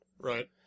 Right